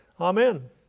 Amen